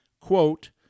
quote